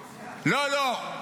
לא, לא,